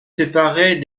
séparée